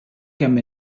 kemm